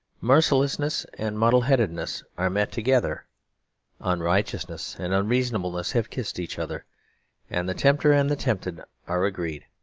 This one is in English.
mercilessness and muddleheadedness are met together unrighteousness and unreasonableness have kissed each other and the tempter and the tempted are agreed.